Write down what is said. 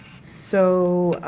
so,